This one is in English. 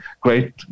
great